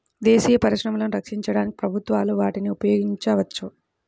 దేశీయ పరిశ్రమలను రక్షించడానికి ప్రభుత్వాలు వాటిని ఉపయోగించవచ్చు